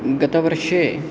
गतवर्षे